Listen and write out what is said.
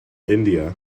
india